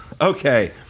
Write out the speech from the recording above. Okay